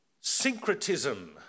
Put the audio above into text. syncretism